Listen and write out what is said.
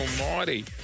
almighty